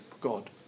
God